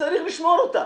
צריך לשמור אותה.